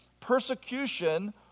persecution